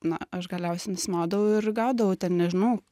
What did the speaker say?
na aš galiausiai nusimaudau ir gaudavau ten nežinau